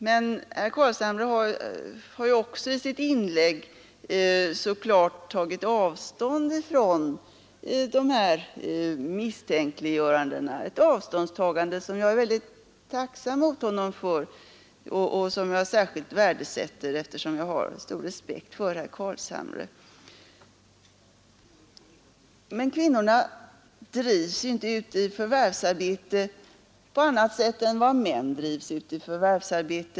Men han tog också i sitt inlägg klart avstånd från dessa misstänkliggöranden, ett avståndstagande som jag är tacksam mot honom för och särskilt värdesätter eftersom jag har mycket stor respekt för herr Carlshamre. Kvinnorna drivs inte ut i förvärvsarbete på annat sätt än männen.